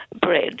bread